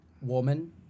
woman